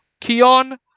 Keon